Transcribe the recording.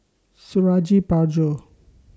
Suradi Parjo